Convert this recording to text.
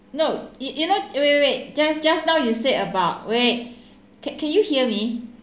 no you you know wait wait wait just just now you said about wait can can you hear me